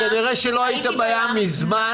כנראה שלא היית בים מזמן,